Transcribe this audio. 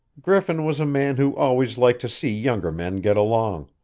griffin was a man who always liked to see younger men get along.